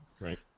Right